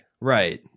Right